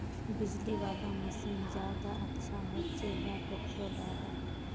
बिजली वाला मशीन ज्यादा अच्छा होचे या पेट्रोल वाला?